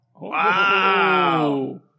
wow